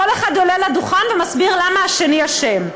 כל אחד עולה לדוכן ומסביר למה השני אשם.